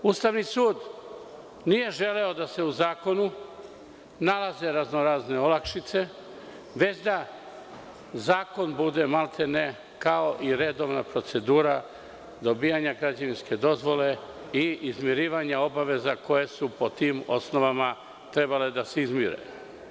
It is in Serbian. Ustavni sud nije želeo da se u zakonu nalaze raznorazne olakšice, već da zakon bude maltene kao i redovna procedura dobijanja građevinske dozvole i izmirivanja obaveza koje su po tim osnovama trebale da se izmire.